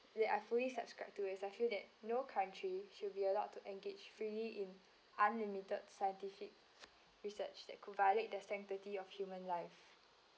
that I fully subscribe to as I feel that no country should be allowed to engage freely in unlimited scientific research that could violate the sanctity of human life